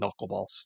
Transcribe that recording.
knuckleballs